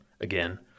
again